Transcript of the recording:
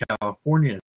California